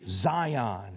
Zion